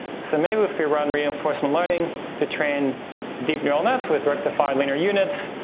so, maybe if we run reinforcement learning to train deep neural nets with rectified linear units,